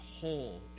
whole